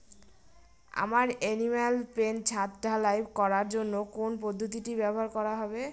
আমার animal pen ছাদ ঢালাই করার জন্য কোন পদ্ধতিটি ব্যবহার করা হবে?